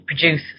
produce